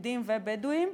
יהודיים ובדואיים,